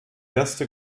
erste